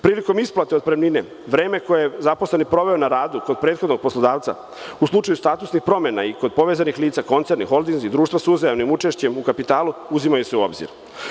Prilikom isplate otpremnine, vreme koje je zaposleni proveo na radu kod prethodnog poslodavca, u slučaju statusnih promena, i kod povezanih lica, koncerni, holdinzi, društva sa uzajamnim učeššćem u kapitalu, uzimaju se u obzir.